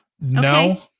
No